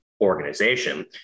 organization